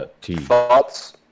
Thoughts